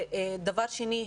דבר שני,